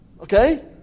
Okay